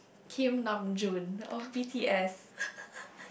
Kim Nam Joon or b_t_s